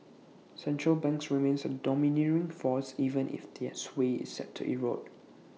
central banks remain A domineering force even if their sway is set to erode